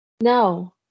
No